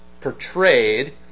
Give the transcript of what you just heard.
portrayed